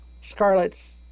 Scarlet's